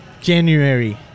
January